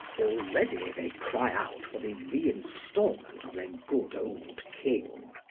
already they cry out for the re-instalment of their good old king,